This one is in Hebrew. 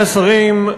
עמיתי השרים,